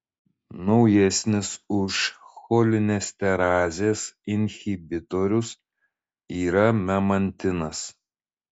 naujesnis už cholinesterazės inhibitorius yra memantinas